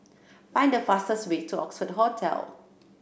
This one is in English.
find the fastest way to Oxford Hotel